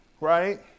right